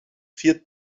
vier